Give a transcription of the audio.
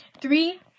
Three